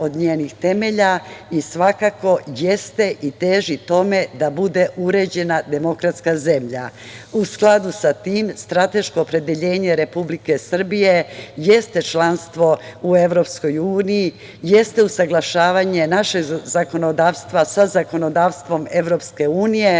i svakako jeste i teži tome da bude uređena demokratska zemlja. U skladu sa tim strateško opredeljenje Republike Srbije jeste članstvo u EU, jeste usaglašavanje našeg zakonodavstva sa zakonodavstvom EU, ali ne